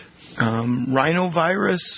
rhinovirus